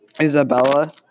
Isabella